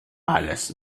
alles